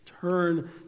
Turn